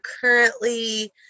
currently